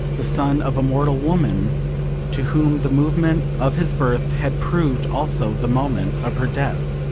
the son of a mortal woman to whom the moment of his birth had proved also the moment of her death.